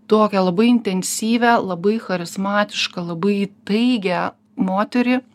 tokią labai intensyvią labai charizmatišką labai įtaigią moterį